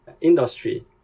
industry